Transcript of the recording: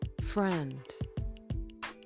friend